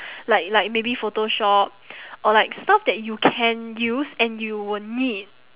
like like maybe photoshop or like stuff that you can use and you will need